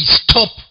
stop